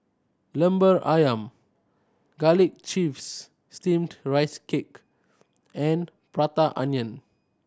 Lemper Ayam Garlic Chives Steamed Rice Cake and Prata Onion